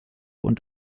und